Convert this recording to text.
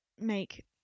make